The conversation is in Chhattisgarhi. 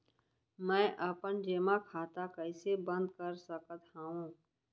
मै अपन जेमा खाता कइसे बन्द कर सकत हओं?